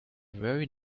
very